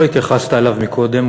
שלא התייחסת אליו קודם,